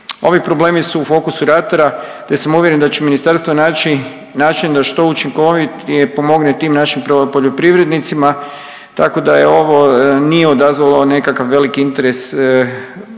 Ovi problemi su u fokusu …/Govornik se ne razumije./… te sam uvjeren da će ministarstvo naći način da što učinkovitije pomogne tim našim poljoprivrednicima tako da je ovo, nije odazvalo nekakav veliki interes zapravo